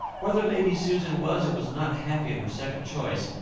whether lady susan was or was not happy in her second choice,